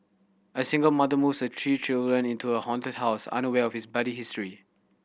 a single mother moves her three children into a haunted house unaware of its bloody history